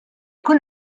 jkun